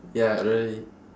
ya really